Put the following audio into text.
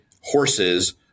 horses